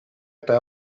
eta